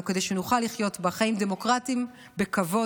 כדי שנוכל לחיות בה חיים דמוקרטיים בכבוד,